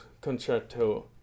Concerto